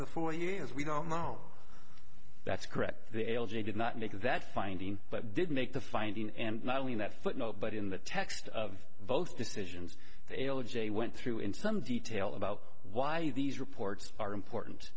the four years we don't know that's correct the l j did not make that finding but did make the finding and not only that footnote but in the text of both decisions ala jay went through in some detail about why these reports are important